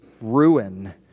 ruin